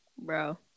Bro